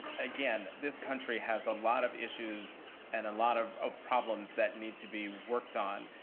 again, this country has a lot of issues and a lot of ah problems that need to be worked on.